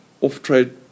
off-trade